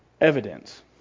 evidence